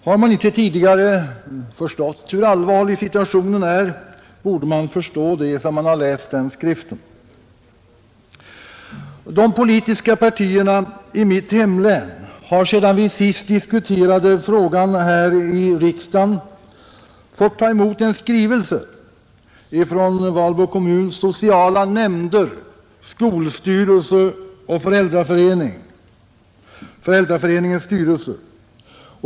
Har man inte tidigare förstått hur allvarlig situationen är bör man förstå det efter att ha läst den skriften. De politiska partierna i mitt hemlän har sedan vi senast diskuterade frågan här i riksdagen fått ta emot en skrivelse från Valbo kommuns sociala nämnder, skolstyrelse och föräldraföreningsstyrelse.